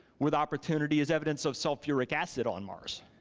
with opportunity, is evidence of sulfuric acid on mars.